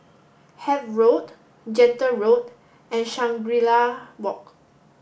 Hythe Road Gentle Road and Shangri La Walk